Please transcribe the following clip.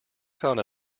found